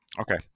Okay